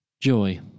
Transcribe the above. Joy